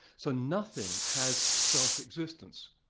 so nothing has self existence.